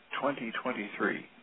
2023